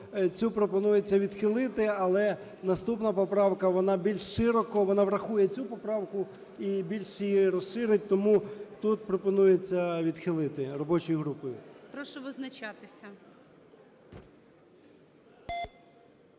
цю пропонується відхилити. Але наступна поправка, вона більш широко, вона врахує цю поправку і більш її розширить. Тому тут пропонується відхилити робочою групою. ГОЛОВУЮЧИЙ. Прошу визначатися.